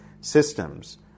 systems